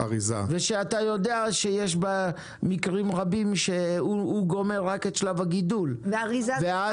אריזה --- ושאתה יודע שיש מקרים רבים שהוא גומר רק את שלב הגידול ואז